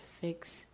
fix